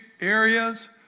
areas